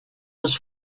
was